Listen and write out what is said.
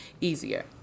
easier